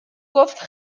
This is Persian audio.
گفت